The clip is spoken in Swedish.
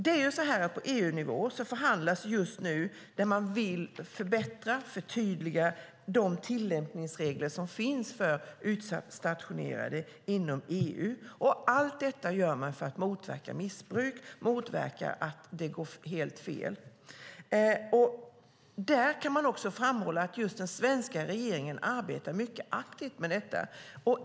På EU-nivå pågår just nu förhandlingar. Man vill förbättra och förtydliga de tillämpningsregler som finns för utstationerade inom EU. Allt detta gör man för att motverka missbruk och motverka att det går helt fel. Man kan också framhålla att just den svenska regeringen arbetar mycket aktivt med detta.